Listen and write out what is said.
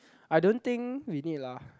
I don't think we need lah